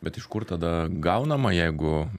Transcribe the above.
bet iš kur tada gaunama jeigu